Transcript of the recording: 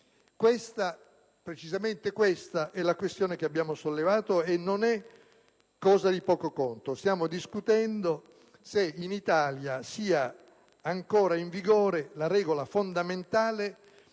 Precisamente questa è la questione che abbiamo sollevato e non è cosa di poco conto: stiamo discutendo se in Italia sia ancora in vigore la regola fondamentale